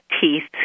Teeth